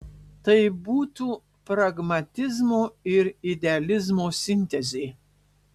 tai būtų pragmatizmo ir idealizmo sintezė